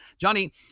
Johnny